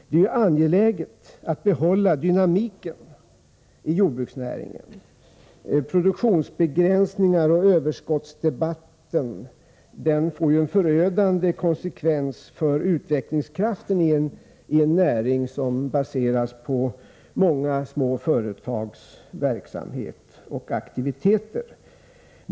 Det är angeläget att behålla dynamiken i jordbruksnäringen. Produktionsbegränsningar, liksom hela överskottsdebatten, får förödande konsekvenser för utvecklingskraften i en näring som baseras på många små företags verksamhet och aktiviteter.